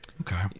okay